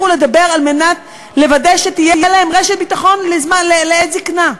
לדבר כדי לוודא שתהיה להם רשת ביטחון לעת זיקנה.